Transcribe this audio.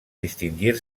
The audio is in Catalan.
distingir